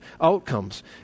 outcomes